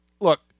look